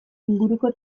inguruko